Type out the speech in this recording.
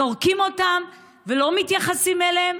זורקים אותם ולא מתייחסים אליהם?